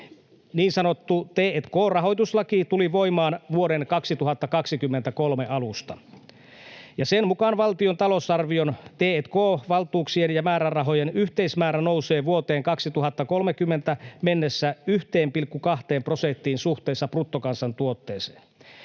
niin sanottu t&k-rahoituslaki tuli voimaan vuoden 2023 alusta, ja sen mukaan valtion talousarvion t&k-valtuuksien ja -määrärahojen yhteismäärä nousee vuoteen 2030 mennessä 1,2 prosenttiin suhteessa bruttokansantuotteeseen.